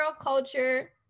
culture